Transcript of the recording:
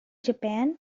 japan